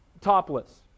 topless